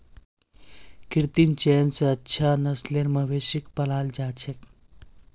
कृत्रिम चयन स अच्छा नस्लेर मवेशिक पालाल जा छेक